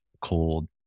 cold